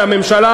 והממשלה,